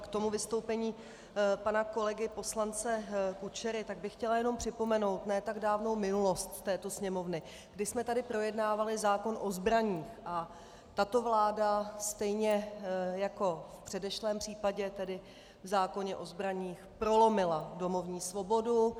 K tomu vystoupení pana kolegy poslance Kučery bych chtěla jenom připomenout ne tak dávnou minulost této Sněmovny, kdy jsme tady projednávali zákon o zbraních a tato vláda, stejně jako v předešlém případě, tedy v zákoně o zbraních, prolomila domovní svobodu.